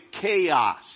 chaos